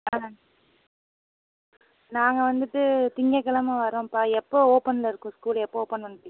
ஆ நாங்கள் வந்துவிட்டு திங்கக்கிழம வரோம்ப்பா எப்போ ஓப்பனில் இருக்கும் ஸ்கூலு எப்போ ஒப்பன் பண்ணுவிங்க